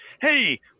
hey